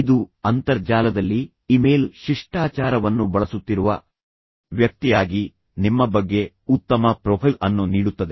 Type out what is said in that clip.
ಇದು ಅಂತರ್ಜಾಲದಲ್ಲಿ ಇಮೇಲ್ ಶಿಷ್ಟಾಚಾರವನ್ನು ಬಳಸುತ್ತಿರುವ ವ್ಯಕ್ತಿಯಾಗಿ ನಿಮ್ಮ ಬಗ್ಗೆ ಉತ್ತಮ ಪ್ರೊಫೈಲ್ ಅನ್ನು ನೀಡುತ್ತದೆ